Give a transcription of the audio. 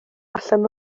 allan